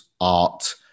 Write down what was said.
art